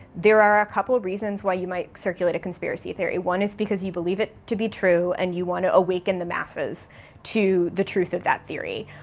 there are a couple reasons why you might circulate a conspiracy theory. one is because you believe it to be true and you want to awaken the masses to the truth of that theory.